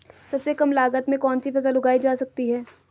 सबसे कम लागत में कौन सी फसल उगाई जा सकती है